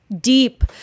deep